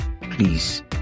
please